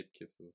kisses